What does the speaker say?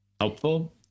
helpful